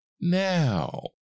Now